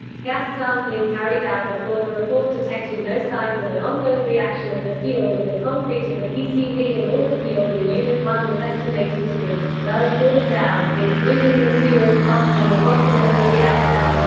gas sampling carried out before the report detected no signs of an ongoing reaction of the fuel with the concrete of the pcv and all the fuel in unit one was estimated to be well cooled down, including the fuel dropped on the bottom of the reactor.